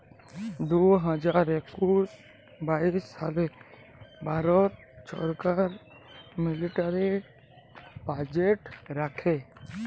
দু হাজার একুশ বাইশ সালে ভারত ছরকার মিলিটারি বাজেট রাখে